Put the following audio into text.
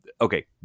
Okay